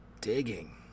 digging